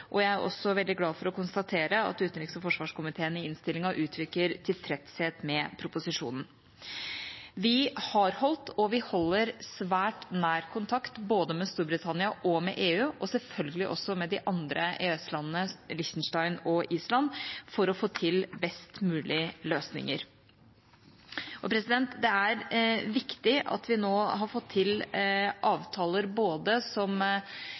og jeg er også veldig glad for å konstatere at utenriks- og forsvarskomiteen i innstillinga uttrykker tilfredshet med proposisjonen. Vi har holdt, og vi holder, svært nær kontakt både med Storbritannia og med EU, og selvfølgelig også med de andre EØS-landene, Liechtenstein og Island, for å få til best mulig løsninger. Det er viktig at vi nå har fått til avtaler både for det tilfellet, som